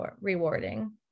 rewarding